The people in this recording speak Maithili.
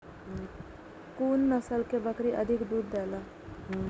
कुन नस्ल के बकरी अधिक दूध देला?